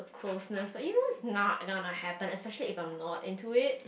closeness but you know it's not gonna happen especially if I'm not into it